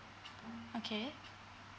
okay